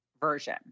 version